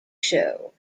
show